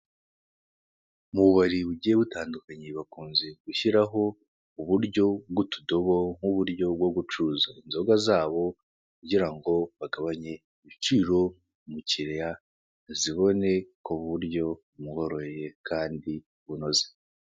Mu bubari bugiye butandukanye bakunze gushyiraho uburyo bw'utudobo nk'uburyo bwo gucuriza inzoga zabo kugira ngo bagabanye ibiciro, umukiriya azibone ku buryo bumworoheye kandi bunoze.